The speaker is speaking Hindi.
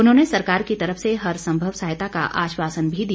उन्होंने सरकार की तरफ से हरसंभव सहायता का आश्वासन भी दिया